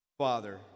Father